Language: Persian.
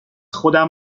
خودم